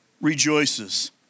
rejoices